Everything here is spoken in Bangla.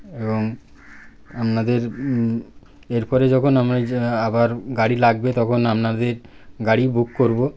এবং আপনাদের এর পরে যখন আমরা আবার গাড়ি লাগবে তখন আপনাদের গাড়িই বুক করব